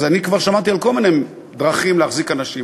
אז אני כבר שמעתי על כל מיני דרכים להחזיק אנשים,